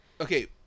Okay